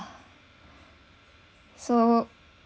so